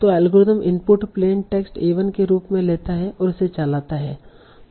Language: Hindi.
तो algorithm input plain text a1 के रूप में लेता है और इसे चलाता है